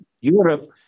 Europe